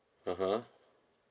(uh huh)